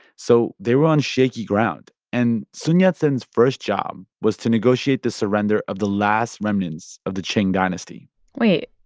so they were on shaky ground. and sun yat-sen's first job was to negotiate the surrender of the last remnants of the qing dynasty wait.